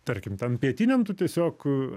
tarkim ten pietiniam tu tiesiog